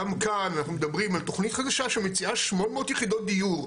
גם כאן אנחנו מדברים על תוכנית חדשה שמציעה 800 יחידות דיור,